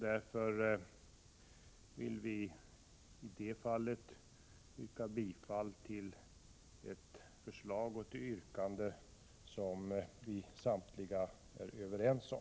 Därför yrkar vi bifall till ett förslag och ett yrkande som vi alla är överens om.